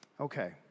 Okay